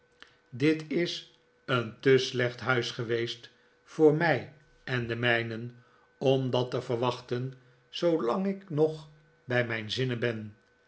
dit is david copperfield een te slecht huis geweest voor mij en de mijnen om dat te verwachten zoolang ik nog bij mijn zinnen ben